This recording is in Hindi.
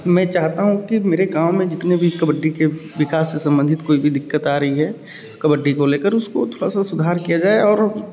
मैं चाहता हूँ कि मेरे गाँव में जितने भी कबड्डी के विकास से सम्बंधित कोई भी दिक़्क़त आ रही है कबड्डी को लेकर उसको थोड़ा सा सुधार किया जाए और